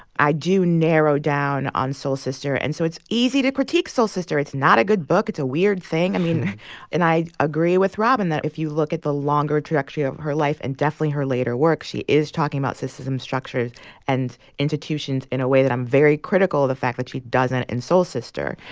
i do narrow down on soul sister. and so it's easy to critique soul sister. it's not a good book. it's a weird thing. i mean and i agree with robin that if you look at the longer trajectory of her life and definitely her later work, she is talking about systems and um structures and institutions in a way that i'm very critical of the fact that she doesn't in soul sister.